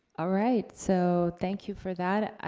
all right, so thank you for that.